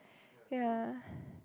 ya